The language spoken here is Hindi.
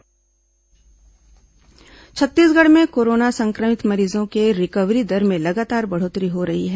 कोरोना समाचार छत्तीसगढ़ में कोरोना संक्रमित मरीजों के रिकवरी दर में लगातार बढ़ोत्तरी हो रही है